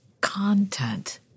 content